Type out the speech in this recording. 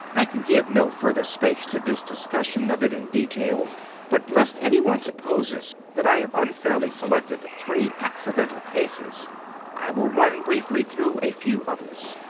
i can give no further space to this discussion of it in detail but lest any one supposes that i have unfairly selected three accidental cases i will run briefly through a few others.